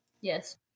Yes